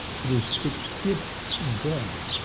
it is the gift of god,